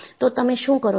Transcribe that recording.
તો તમે શું કરો છો